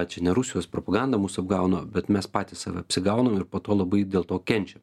čia ne rusijos propaganda mus apgauna bet mes patys save apsigaunam ir po to labai dėl to kenčiam